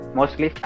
Mostly